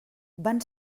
van